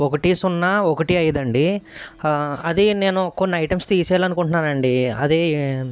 ఒకటి సున్నా ఒకటి ఐదండి అది నేను కొన్ని ఐటమ్స్ తీసేయాలనుకుంటున్నానండి అది